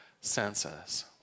senses